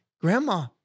grandma